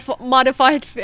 modified